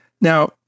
Now